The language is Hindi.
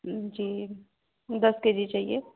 जी दस के जी चाहिए